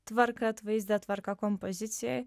tvarką atvaizde tvarką kompozicijoj